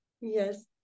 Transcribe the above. Yes